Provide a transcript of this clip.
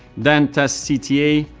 then test cta,